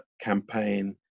campaign